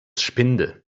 spinde